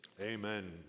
Amen